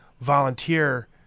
volunteer